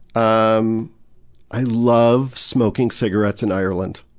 um i love smoking cigarettes in ireland.